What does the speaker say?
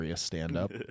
stand-up